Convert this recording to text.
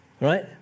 Right